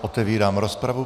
Otevírám rozpravu.